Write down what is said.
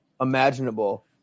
imaginable